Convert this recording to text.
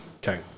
Okay